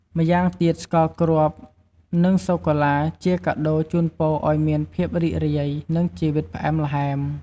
ម្យ៉ាងទៀតស្ករគ្រាប់ និងសូកូឡាជាការជូនពរឱ្យមានភាពរីករាយ និងជីវិតផ្អែមល្ហែម។